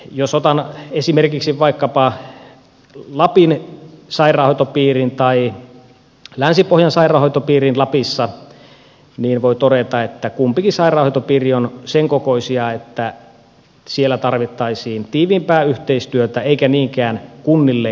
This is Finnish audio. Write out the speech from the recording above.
jos otan esimerkiksi vaikkapa lapin sairaanhoitopiirin tai länsi pohjan sairaanhoitopiirin lapissa niin voi todeta että kumpikin sairaanhoitopiiri on sen kokoinen että siellä tarvittaisiin tiiviimpää yhteistyötä eikä niinkään kunnille tehtävien siirtoa